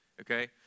okay